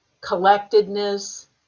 collectedness